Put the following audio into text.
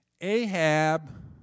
Ahab